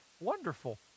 Wonderful